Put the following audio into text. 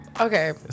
okay